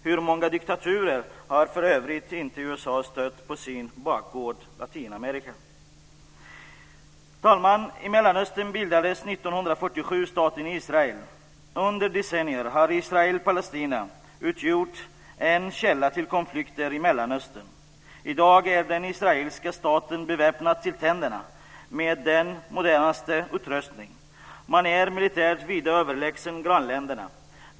Hur många diktaturer har för övrigt inte USA stött på sin bakgård Latinamerika? Herr talman! I Mellanöstern bildades 1947 staten Israel. Under decennier har Israel och Palestina utgjort en källa till konflikter i Mellanöstern. I dag är den israeliska staten beväpnad till tänderna med den modernaste utrustningen. Man är militärt vida överlägsen grannländerna.